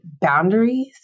boundaries